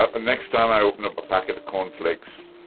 ah ah next time i open up a packet of cornflakes,